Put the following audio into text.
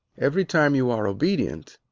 every time you are obedient,